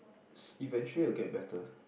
s~ eventually will get better